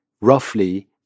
roughly